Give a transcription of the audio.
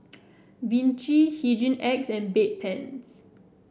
Vichy Hygin X and Bedpans